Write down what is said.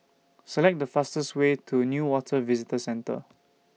Select The fastest Way to Newater Visitor Centre